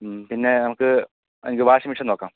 പിന്നേ നമുക്ക് washing machine നോക്കാം